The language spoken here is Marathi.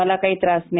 मला काही त्रास नाही